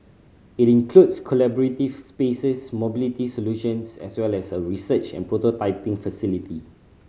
it includes collaborative spaces mobility solutions as well as a research and prototyping facility